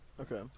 Okay